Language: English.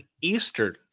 Eastern